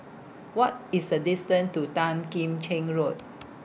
What IS The distance to Tan Kim Cheng Road